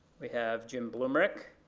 we have jim blumreich?